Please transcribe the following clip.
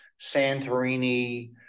Santorini